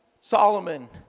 Solomon